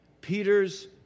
Peter's